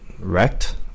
wrecked